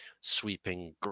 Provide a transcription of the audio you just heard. sweeping